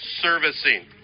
Servicing